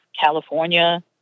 California